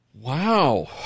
Wow